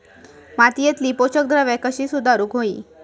मातीयेतली पोषकद्रव्या कशी सुधारुक होई?